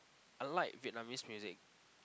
I like Vietnamese music